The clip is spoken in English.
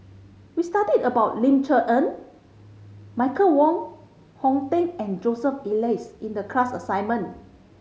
we studied about Ling Cher Eng Michael Wong Hong Teng and Joseph Elias in the class assignment